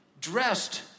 dressed